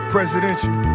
Presidential